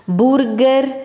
burger